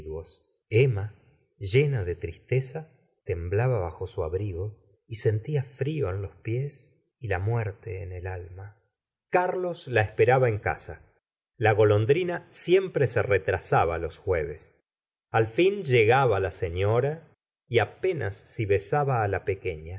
emma llena de tristeza temblaba bajo su abrigo y sentía frio en los pies y la muerte en el alma carlos la esperaba en casa la golondrina siempre se retrasaba los jueves al fin llegaba la señora y apenas si besaba á la pequeña